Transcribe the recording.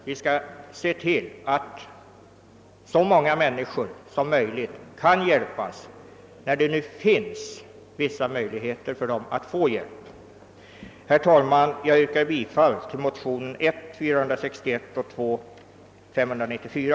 Vi bör se till att så många människor som möjligt blir hjälpta, när det nu finns vissa utsikter för dem att kunna få hjälp. Jag ber att få yrka bifall till motionerna I: 461 och 11: 594.